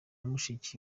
mushiki